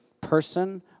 person